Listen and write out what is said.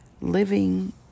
living